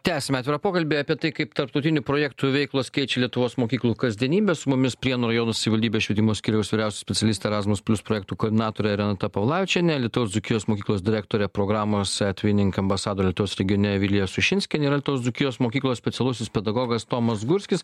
tęsiame atvirą pokalbį apie tai kaip tarptautinių projektų veiklos keičia lietuvos mokyklų kasdienybę su mumis prienų rajono savivaldybės švietimo skyriaus vyriausioji specialistė erasmus plius projektų koordinatorė renata paulavičienė alytaus dzūkijos mokyklos direktorė programos etvinink ambasadorė alytaus regione vilija sušinskienė ir alytaus dzūkijos mokyklos specialusis pedagogas tomas gurskis